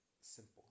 simple